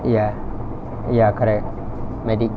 ya ya correct medics